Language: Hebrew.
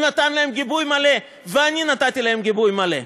הוא נתן להן גיבוי מלא, ואני נתתי להם גיבוי מלא.